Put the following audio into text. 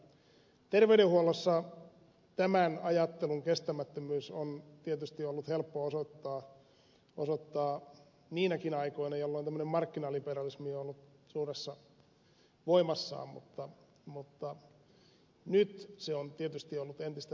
terveydenhuollossa tämän ajattelun kestämättömyys on tietysti ollut helppo osoittaa niinäkin aikoina jolloin tämmöinen markkinaliberalismi on ollut suuressa voimassaan mutta nyt se on tietysti ollut entistä selkeämpää